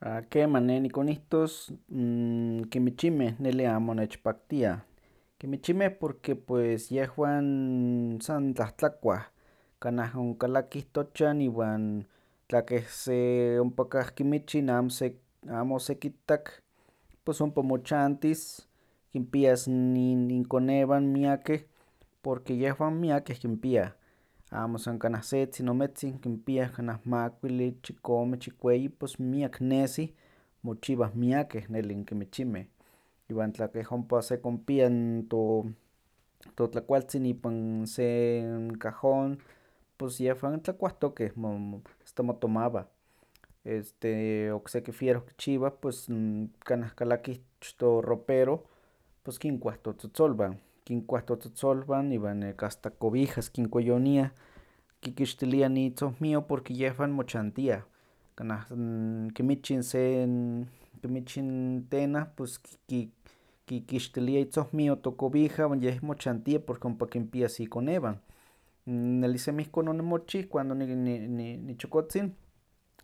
A kemah neh nikonihtos n kimichinmeh neli amo nechpaktiah, kimichinmeh porque yehwan san tlahtlakuah, kanah onkalakih tochan iwan tla keh se ompakah kimichin amose- amo osekitak pos ompa mochantis kinpias n in- inkonewan miakeh, porque yehwan miakeh kinpiah, amo san kaneh setzin ometzin, kinpiah kanah makuilli, chikome, chikueyi pos miak nesi, mochiwah miakeh neli n kimichinmeh, iwan tla keh impa sekonpia to- totlakualtzin ipan se n cajón, pos yehwan tlakuatokeh, mo- mo- asta motomawah, este okse wieroh kichiwah kanah kalakih ich toroperoh, pos kinkuah totzotzolwan, kinkuah totzotzolwan iwan nekah asta cobijas kinkoyoniah kikixtiliah n itzohmio porque yehwan mochantiah, kanah n kimichin se n kimichin tenan pos k- ki- kikixtilia itzohmio tocobija iwan yeh mochantia porque yeh ompa kinpias ikonewan. N nelli semi ihkon onimochih cuando ni- ni- ni- nichokotzin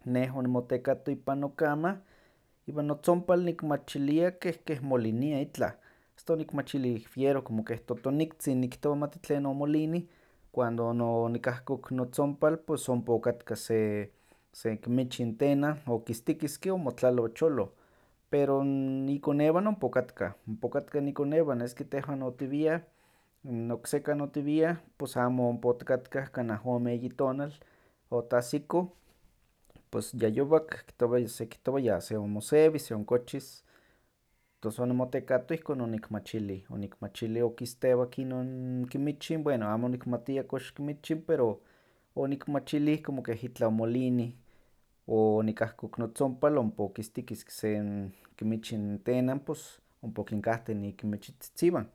neh onimotekato ipan nocama iwan notzompal nikmachilia ken molinia itlah, asta onikmachiliah wieroh como keh totniktzin nikihtowa amati tlen omolinih cuando no- onikahkok notzompal pos ompa okatka se- se kimichin tenan okistikiski omotlaloh ocholoh, pero n ikonewan ompa okatkah, ompa okatkah n ikonewan este tehwan otiwiah n oksekan otiwiah pos amo ompa otikatkah kanah ome eyi tonal otahsikoh, pos ya yowak kihtowa sekihtowa ya seonmosewis seonkochis, tos onimotekatto ihkon onikmachilih, onikmachillih okikstewak inon kimichin bueno amo onikmatia kox kimichin pero onikmachilih como keh itlah omolinih onikahkok notzompal, ompa okistikiski se n kimichin tenan, pos ompa okinkahteh n ikimichtzitziwan,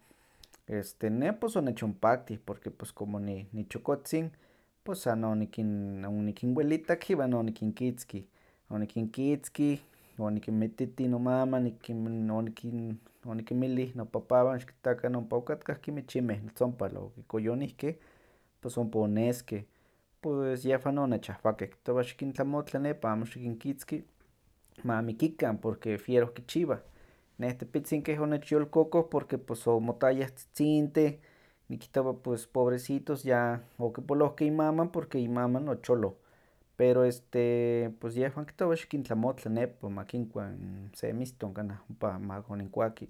este neh pos onechonpaktih porque pos como ni- nichokotzin pos san onikin- onikinwelitak iwan onikinkitzkih, onikinkitzkih, onikinmititih nomaman ik in- onikin- onikinmillih nopapawan xikittakan ompa okatkah kinmichinmeh notzompal ompa okikoyonihkeh pos ompa oneskeh, pues yehwan onechahwakeh, kihtowah xikintlamotla nepa amo xikinkitzki, ma mikikan porque wieroh kichiwah, neh tepitzin keh onechyolkokoh porque pos omotayah tzitzintih, nikihtowa pues pobrecitos ya okipolohkeh inmaman porque inmaman ocholoh, pero este pos yehwan kihtowa xikintlamotla nepa ma kinkua n se miston kanah ompa ma koninkuaki,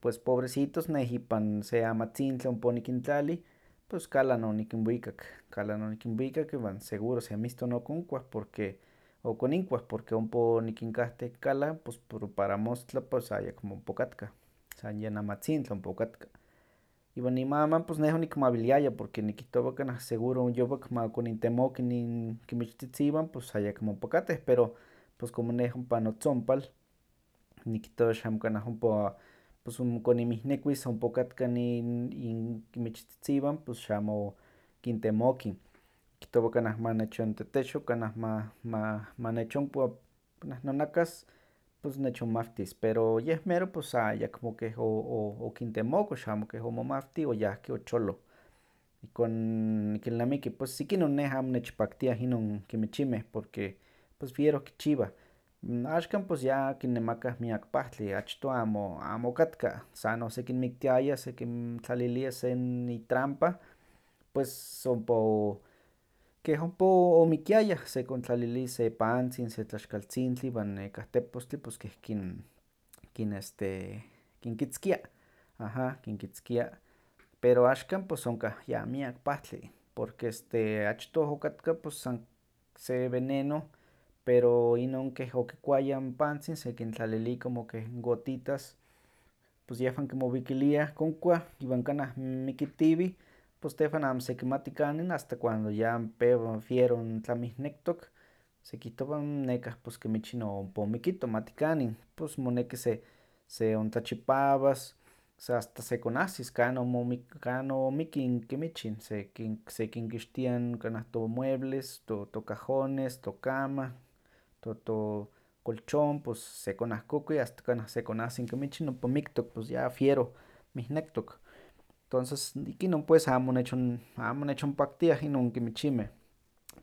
pues pobrecitos neh ipan se amatzintli ompa onikintlalih, pues kalan onikinwikak, kalan onikinwikak iwan seguro se miston okonkuah porque okoninkuah porque ompa onikinkahteh kalan pos por para mostla pos ayekmo ompa okatkah, san yen amatzintli ompa okatka iwan imaman pos neh onikmawiliaya porque nikihtowa kanah seguro n yowak ma konintemoki n inkimichtzitziwan pus ayekmo ompa katteh pero pos como neh ompa notzompal nikihtowa xamo kanah ompa pos koninmihmekuis ompa okatka n i- nikimichtzitziwan pues xamo kintemokin, kihtowa kanah manechontetexo, kanah ma- ma- manechonkua kanah nonakas, pos nechonmahtis pero yeh mero pues ayekmo keh o- o- okintemoko xamo keh omomawtih oyahki ocholoh, ihkon nikilnamiki, pues ikinon neh amo nechpaktiah inon kimichinmeh porque pues wieroh kichiwah. Axkan pues ya kinemakah miak pahtli, achtoh amo- amo okatka, san osekinmiktiaya sekin tlalilia se n itrampa pues ompa o- keh ompa omikiayah, sekontlalili se pantzin se tlaxkaltzintli, pues tepostli pos kin- este- kinkitzkia, aha, kinkitzkia, pero axkan pues onkah ya miak pahtli porque este pues achtoh okatka san se veneno, pero inon keh okikuaya n pantzin sekintlalili como keh gotitas pos yehwan kimowikiliah konkuah iwan kanah mikitiwih pos tehwan amo sekimati kanin asta cuando ya n pewa n wiero n tlamihnektok, sekihtowa n nekah pos kimichin ompa omikito, mati kanin, pues moneki se- seontlachipawas, sa asta sekonahsis kan omokik- kan o mikki n kimichin, sekin- sekinkixtia n kanah tomuebles, to- tocajones, tocama, to- tocolchon, pos sekonahkokui asta kanah sekonahsi n kimichin ompa miktok pos ya wieroh mihnektok, tonces ikinon pues mo nechon- amo nechonpaktiah inon kimichinmeh,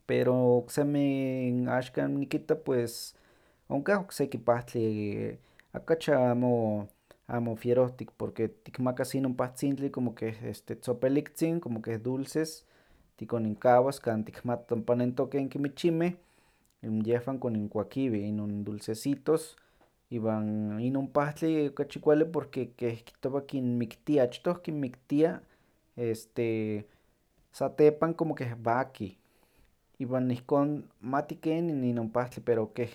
pero oksemi n axkan nikitta onkah okse pahtli akachi amo- amo wierohtih porque tikmakas inon pahtzintli como keh este tzopeliktzin, como keh dulces tikoninkawas kan tikmati ompa nentokeh n kimichinmeh n yehwan koninkuakiweh inon dulcesitos iwan inon pahtli okachi kualli porque keh kihtowa kinmiktia achtoh, achtoh kinmiktia este satepan como keh wakih, iwan ihkon mati kenin inon pahtli pero keh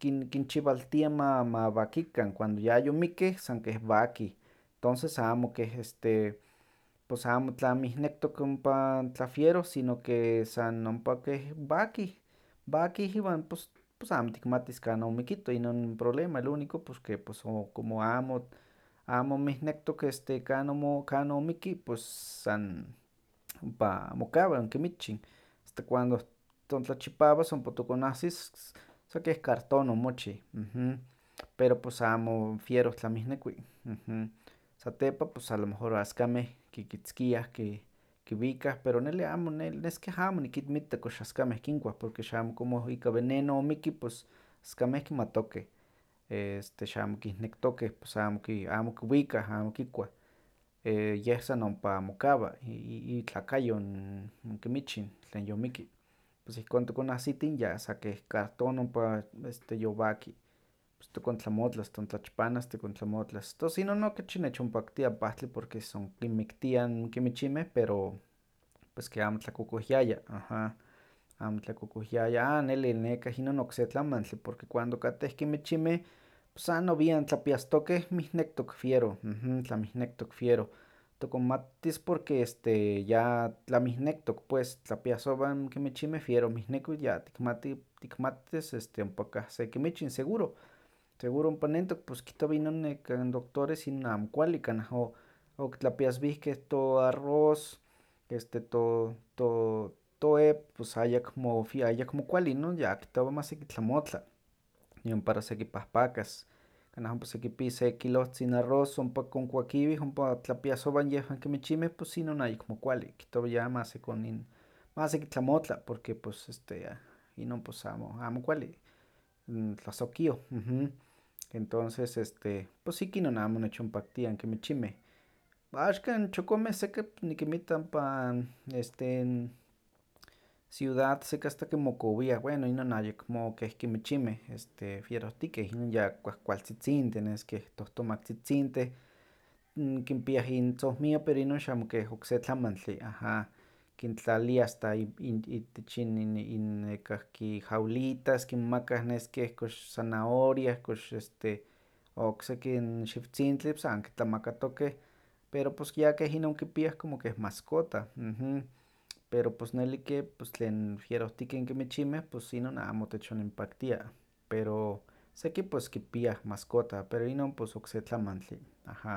kin- kinchiwaltia ma- ma wakikan cuando ya yomikeh san keh wakih, tonces amo keh este pos amo tlamihnektok ompa n tlawiero sino que san ompa keh wakih, wakih iwan pos- pos amo tikmatis kan omikito, inon problema el único porque pues o como amo- amo mihnektok este kan omo- kan o mikki pus san ompa mokawa n kimichin asta cuando tontlachipawas ompa tokonahsis sa keh carton omochih pero pues amo wieroh tlamihnekui. Satepa pues alomejor askameh kikitzkiah ki- kiwikah pero neli amo- nel nes keh amo nikinmitta kox askameh kinkuah porque xamo como ika veneno omiki pues askameh kimatokeh, este xamo kihnektokeh pos amo ki- amo kiwikah, amo kikuah, yeh san ompa mokawa i- i- itlakayo n- n kimichin tlen yomiki, pos ihkon tokonahsitin, ya sa keh carton ompa este yowaki. Pos tokontlamotlas, tontlachpanas tikontlamotlas, tos inon okachi nechonpaktia n pahtli porque son kinmiktia n kimichinmeh pero pues keh amo tlakokohyaya, aha, amo tlakokohyawa. A nelli, nekah inon okse tlamantli porque cuando katteh kimichinmeh san nowian tlapiastokeh mihnektok wieron tlamihnektok wiero, tokonmatis porque este ya tlamihnektok pues tlapiasowah n kimichinmeh wieroh mihnekui ya tikmati- tikmatis este ompa kah se kimichin seguro. Seguro ompa nentok, pues kihtowa inon nekah n doctores inon amo kualli, kanah o- okitlapiaswihkeh toarroz, este to- to- toew pues ayakmo wi- ayekmo kualli, inon ya kihowa ma seki tlamotla nion para skipahpakas, kanah ompa sekonpi se kilohtzin arroz ompa konkuakiweh ompa tlapiasowan yehwan kimichinmeh pues inon ayekmo kualli, kihtowa ya masekonin- ma sekitlamotla, porque pos este a- inon pues amo- amo kualli, n tlasokio. Entonces este pos ikinon amo nechonpaktiah n kimichinmeh, axkan chokomeh seki nikinmitta ompa n este n ciudad este seki asta kinmokowiah, bueno ayekmo keh kimichinmeh este wierohtikeh, inon ya kuahkualtzitzinteh nes keh tohtomaktztitzinteh n kinpiah intzohmio pero inon xamo keh okse tlamantli, aha, kintlaliah astai- in- itich in- in- in- nekahki jaulitas, kinmakah nes keh kox zanahoria, kox este okseki n xiwtzintli san kitlamakatokeh pero pos ya keh inon kipiah como keh mascota, pero pos neli ke pos tlen wierohtikeh n kimichinmeh, pos inon pues amo techoninpaktia, pero seki pues kipiah mascota, pero inon pos okse tlamantli, aha.